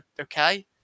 okay